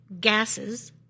gases